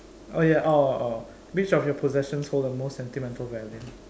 oh ya oh oh which of your possession holds the most sentimental value